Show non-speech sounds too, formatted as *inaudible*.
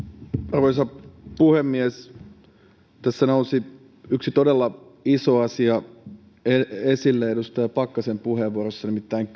arvoisa puhemies tässä nousi yksi todella iso asia esille edustaja pakkasen puheenvuorossa nimittäin *unintelligible*